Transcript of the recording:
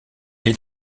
est